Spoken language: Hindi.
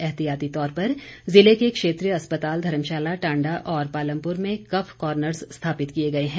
एहतियाती तौर पर जिले के क्षेत्रीय अस्पताल धर्मशाला टांडा और पालमपुर में कफ कॉरनर्स स्थापित किए गए हैं